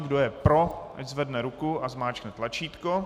Kdo je pro, ať zvedne ruku a zmáčkne tlačítko.